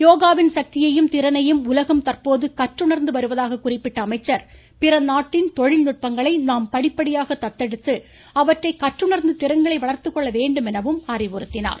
யோகாவின் சக்தியையும் திறனையும் உலகம் தற்போது கற்றுணா்ந்து வருவதாக குறிப்பிட்ட அமைச்சர் படிப்படியாக தத்தெடுத்து அவற்றை கற்றுணர்ந்து திறன்களை வளர்த்துக்கொள்ள வேண்டும் எனவும் அறிவுறுத்தினார்